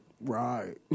right